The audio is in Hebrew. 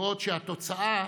בעוד התוצאה